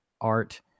art